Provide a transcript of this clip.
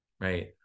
right